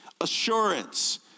Assurance